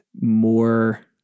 more